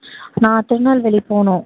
நான் திருநெல்வேலி போகணும்